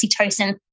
oxytocin